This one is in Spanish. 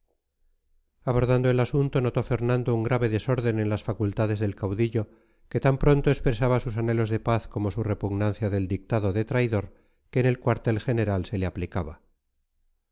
abordando el asunto notó fernando un grave desorden en las facultades del caudillo que tan pronto expresaba sus anhelos de paz como su repugnancia del dictado de traidor que en el cuartel real se le aplicaba